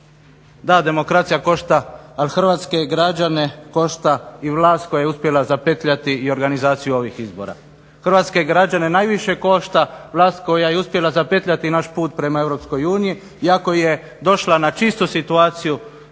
Da, demokracija košta ali hrvatske građane košta i vlast koja je uspjela zapetljati i organizaciju ovih izbora. Hrvatske građane najviše košta vlast koja je uspjela zapetljati naš put prema EU iako je došla na čistu situaciju